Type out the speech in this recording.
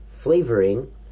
flavoring